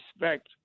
respect